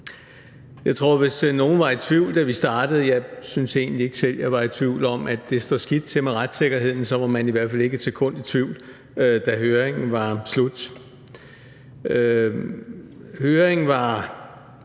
Jeg tror, at hvis nogen var i tvivl om, da vi startede – jeg syntes egentlig ikke selv, jeg var i tvivl – at det står skidt til med retssikkerheden, så var man i hvert fald ikke et sekund i tvivl, da høringen var slut. Høringen var